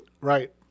Right